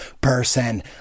person